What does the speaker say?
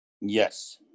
Yes